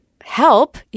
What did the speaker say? help